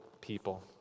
people